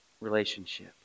relationship